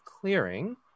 clearing